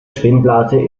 schwimmblase